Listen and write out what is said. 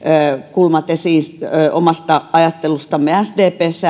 kulmat esiin omasta ajattelustamme sdpssä